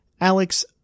Alex